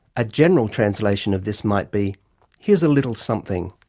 a general translation of this might be here's a little something.